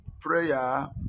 Prayer